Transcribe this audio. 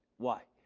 why?